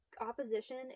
opposition